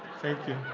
thank you,